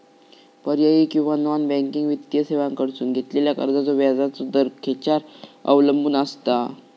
पर्यायी किंवा non banking वित्तीय सेवांकडसून घेतलेल्या कर्जाचो व्याजाचा दर खेच्यार अवलंबून आसता?